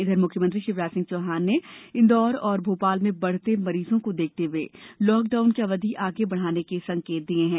इधर मुख्यमंत्री शिवराज सिंह चौहान ने इंदौर और भोपाल में बढ़ते मरीजों को देखते हुए लॉकडाउन की अवधि आगे बढ़ाने के संकेत दिये हैं